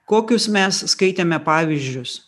kokius mes skaitėme pavyzdžius